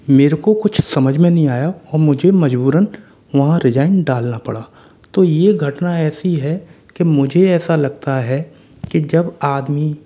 मेरे को कुछ समझ में नहीं आया और मुझे मजबूरन वहाँ रिजाइन डालना पड़ा तो ये घटना ऐसी है कि मुझे ऐसा लगता है कि जब आदमी